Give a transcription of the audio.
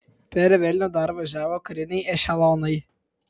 per vilnių dar važiavo kariniai ešelonai